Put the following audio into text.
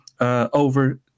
over